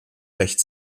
recht